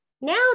Now